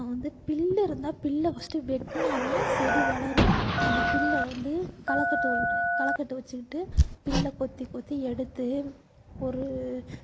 நான் வந்து புல்லு இருந்தால் புல்ல ஃபஸ்ட்டு வெட்டினா தான் செடி வளரும் அந்த புல்ல வந்து களைக்கட்டு ஒன்று களைக்கட்ட வச்சுசிக்கிட்டு புல்ல கொத்தி கொத்தி எடுத்து ஒரு